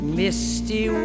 misty